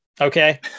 Okay